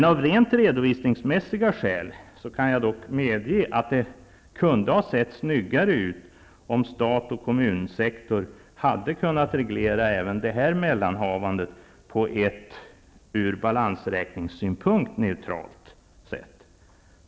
Jag kan dock medge att det kunde ha sett snyggare ut, av rent redovisningstekniska skäl, om stat och kommunsektor hade kunnat reglera även detta mellanhavande på ett ur balansräkningssynpunkt neutralt sätt.